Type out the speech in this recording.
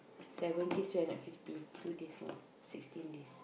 seven kiss two hundred and fifty two days more sixteen days